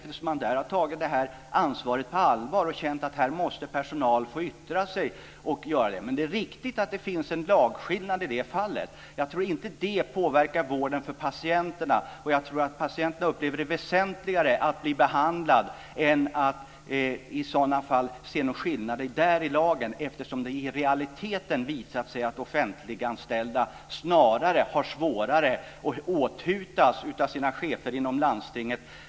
Där har man tagit det här ansvaret på allvar och känt att personalen måste få yttra sig. Men det är riktigt att det finns en lagskillnad i det fallet. Jag tror inte att det påverkar vården av patienterna. Jag tror att patienterna upplever att det väsentliga är att bli behandlade. I realiteten har det visat sig att offentliganställda snarare har svårare att yttra sig och oftare åthutas av sina chefer inom landstinget.